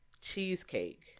cheesecake